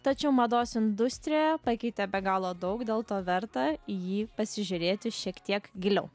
tačiau mados industrijoje pakeitė be galo daug dėl to verta jį pasižiūrėti šiek tiek giliau